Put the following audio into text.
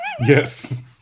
Yes